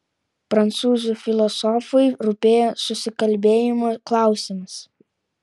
prancūzų filosofui rūpėjo susikalbėjimo klausimas